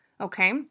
Okay